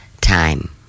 time